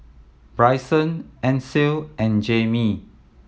Brycen Ansel and Jamey